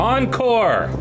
Encore